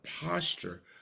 posture